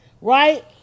right